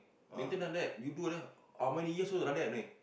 maintain you do like that how many years old like that only